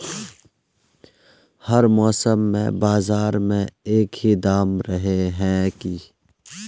हर मौसम में बाजार में एक ही दाम रहे है की?